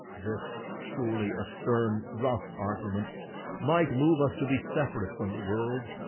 this surely a stern rough argument might move us to be separate from the world